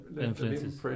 influences